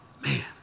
Man